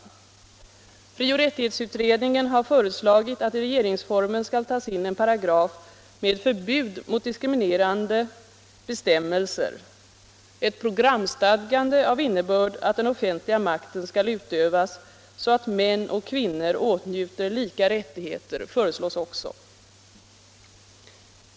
Frioch rättighetsutredningen har föreslagit att i regeringsformen skall tas in en paragraf med förbud mot könsdiskriminerande bestämmelser. Ett programstadgande av innebörd att den offentliga makten skall utövas så att män och kvinnor åtnjuter lika rättigheter föreslås också.